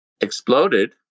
Exploded